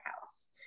house